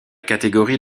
catégorie